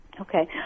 Okay